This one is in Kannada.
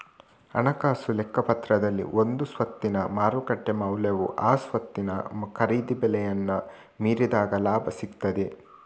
ಹಣಕಾಸು ಲೆಕ್ಕಪತ್ರದಲ್ಲಿ ಒಂದು ಸ್ವತ್ತಿನ ಮಾರುಕಟ್ಟೆ ಮೌಲ್ಯವು ಆ ಸ್ವತ್ತಿನ ಖರೀದಿ ಬೆಲೆಯನ್ನ ಮೀರಿದಾಗ ಲಾಭ ಸಿಗ್ತದೆ